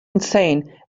insane